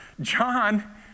John